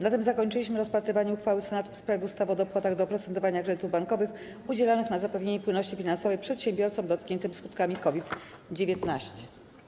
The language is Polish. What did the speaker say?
Na tym zakończyliśmy rozpatrywanie uchwały Senatu w sprawie ustawy o dopłatach do oprocentowania kredytów bankowych udzielanych na zapewnienie płynności finansowej przedsiębiorcom dotkniętym skutkami COVID-19.